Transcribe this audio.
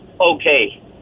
okay